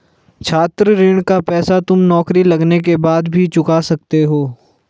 छात्र ऋण का पैसा तुम नौकरी लगने के बाद भी चुका सकते हो